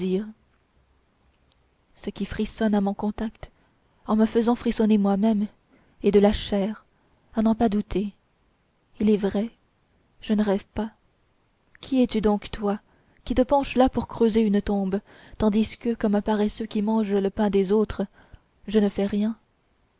ce qui frissonne à mon contact en me faisant frissonner moi-même est de la chair à n'en pas douter il est vrai je ne rêve pas qui es-tu donc toi qui te penches là pour creuser une tombe tandis que comme un paresseux qui mange le pain des autres je ne fais rien